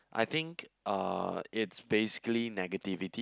I think uh it's basically negativity